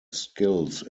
skills